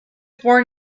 born